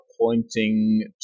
pointing